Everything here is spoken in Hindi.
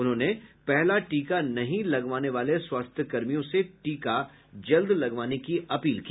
उन्होंने पहला टीका नहीं लगवाने वाले स्वास्थ्यकर्मियों से टीका जल्द लगवाने की अपील की